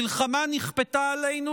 מלחמה נכפתה עלינו,